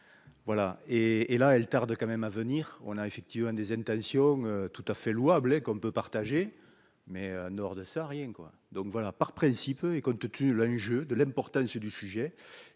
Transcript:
voilà et et là elle tarde quand même à venir, on a effectivement des intentions tout à fait louable et qu'on peut partager mais nord de ça rien quoi, donc voilà, par principe et qu'on te tue l'enjeu de l'importance du sujet,